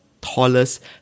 tallest